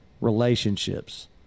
relationships